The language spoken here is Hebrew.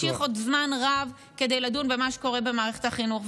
להמשיך עוד זמן רב לדון במה שקורה במערכת החינוך.